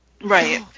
Right